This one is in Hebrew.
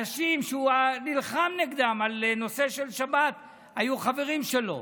אנשים שהוא נלחם נגדם על הנושא של שבת היו חברים שלו.